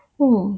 oh